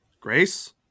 Grace